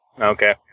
Okay